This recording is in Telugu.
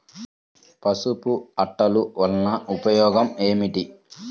పసుపు అట్టలు వలన ఉపయోగం ఏమిటి?